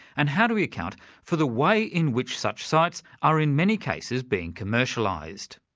and how do we account for the way in which such sites are in many cases being commercialised?